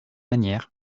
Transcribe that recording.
manière